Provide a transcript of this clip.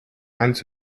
eins